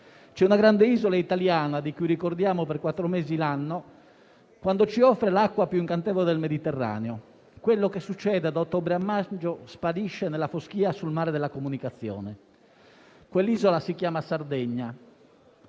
C'è una grande isola italiana di cui ci ricordiamo per quattro mesi l'anno, quando ci offre l'acqua più incantevole del Mediterraneo. Quello che succede da ottobre e maggio sparisce nella foschia sul mare della comunicazione. Quell'isola, ovviamente, si chiama Sardegna».